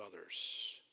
others